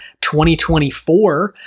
2024